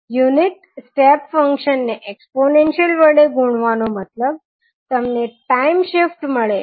unit step function ને exponential વડે ગુણવાનો મતલબ તમને ટાઇમ શિફ્ટ મળે છે